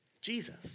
Jesus